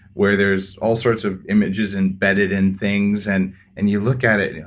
where there's all sorts of images in bedded in things, and and you look at it yeah